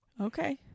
Okay